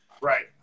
Right